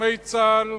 ויתומי צה"ל,